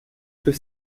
que